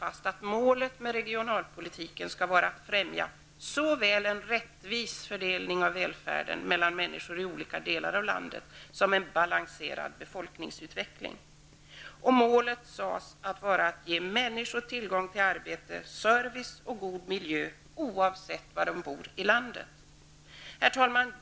fast att målet med regionalpolitiken skall vara att främja såväl en rättvis fördelning av välfärden mellan människor i olika delar av landet som en balanserad befolkningsutveckling. Målet sades vara att ge människor tillgång till arbete, service och god miljö oavsett var de bor i landet. Herr talman!